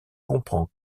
comprend